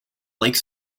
lake